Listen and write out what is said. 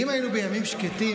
אם היינו בימים שקטים,